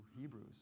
Hebrews